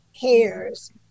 hairs